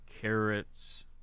carrots